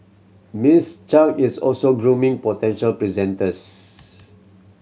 Miss Chang is also grooming potential presenters